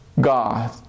God